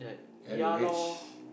L O H